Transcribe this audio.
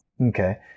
okay